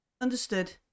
Understood